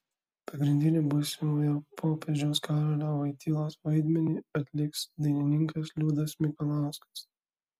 pagrindinį būsimojo popiežiaus karolio vojtylos vaidmenį atliks dainininkas liudas mikalauskas